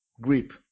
grip